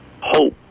hope